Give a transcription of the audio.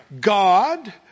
God